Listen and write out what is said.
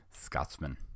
Scotsman